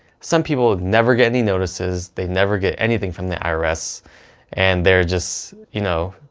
some people never get any notices, they never get anything from the irs and they're just you know,